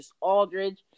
Aldridge